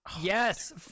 Yes